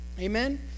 amen